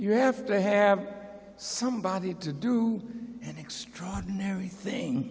you have to have somebody to do an extraordinary thing